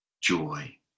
joy